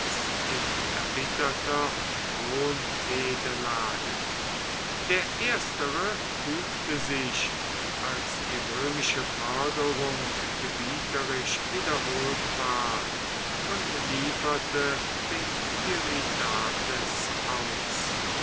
in erbitterter thronfehde lagen der erstere fügte sich als die römische forderung gebieterisch wiederholt ward und lieferte den tiridates aus